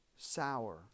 sour